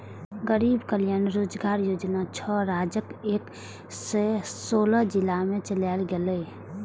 गरीब कल्याण रोजगार योजना छह राज्यक एक सय सोलह जिला मे चलायल गेलै